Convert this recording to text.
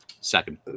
Second